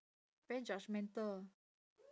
very judgemental